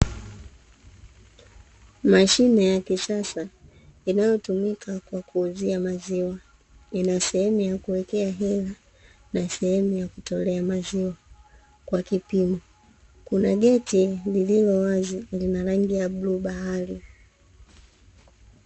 Mashine ya kisasa inayotumika kwa kuuzia maziwa, ina sehemu ya kuwekea hela na sehemu ya kutolea maziwa kwa kipimo; kuna geti lililo wazi lina rangi ya bluu bahari.